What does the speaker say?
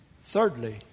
Thirdly